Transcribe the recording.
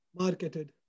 marketed